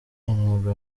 intego